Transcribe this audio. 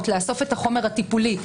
משהו שעולה בטיפולים חוזרים.